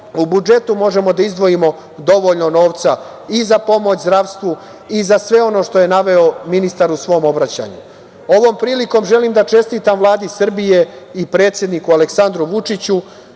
u budžetu možemo da izdvojimo dovoljno novca i za pomoć zdravstvu, i za pomoć sve ono što je naveo ministar u svom obraćanju. Ovom prilikom želim da čestitam Vladi Srbije i predsedniku Aleksandru Vučiću